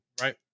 right